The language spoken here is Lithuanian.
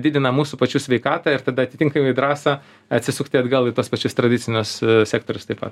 didina mūsų pačių sveikatą ir tada atitinkamai drąsą atsisukti atgal į tuos pačius tradicinius sektorius taip pat